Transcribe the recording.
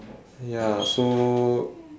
ya so